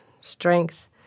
strength